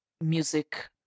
music